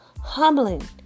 humbling